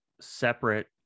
separate